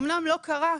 אמנם לא קרה,